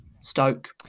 stoke